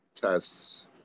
tests